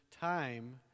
time